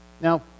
Now